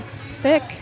thick